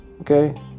okay